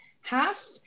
half